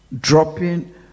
dropping